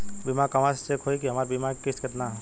बीमा कहवा से चेक होयी की हमार बीमा के किस्त केतना ह?